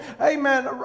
amen